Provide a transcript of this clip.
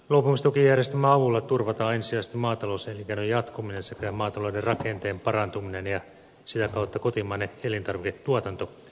luopumistukijärjestelmän avulla turvataan ensisijaisesti maatalouselinkeinon jatkuminen sekä maatalouden rakenteen parantuminen ja sitä kautta kotimainen elintarviketuotanto